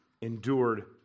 endured